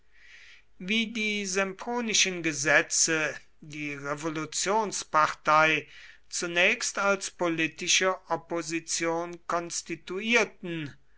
wie die sempronischen gesetze die revolutionspartei zunächst als politische opposition konstituierten